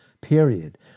Period